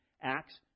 acts